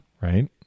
right